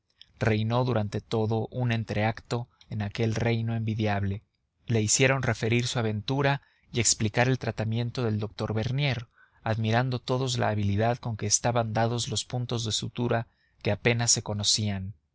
reinó durante todo un entreacto en aquel reino envidiable le hicieron referir su aventura y explicar el tratamiento del doctor bernier admirando todos la habilidad con que estaban dados los puntos de sutura que apenas se conocían